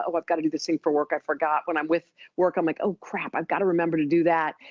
ah i've gotta do this thing for work, i forgot. when i'm with work, i'm like, oh crap, i've gotta remember to do that.